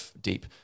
deep